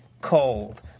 cold